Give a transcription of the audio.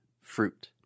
fruit